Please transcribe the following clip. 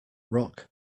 rock